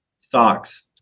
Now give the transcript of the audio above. stocks